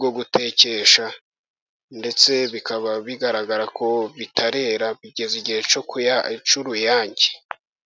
yo gutekesha, ndetse bikaba bigaragara ko bitarera, bigeze igihe cy'uruyange.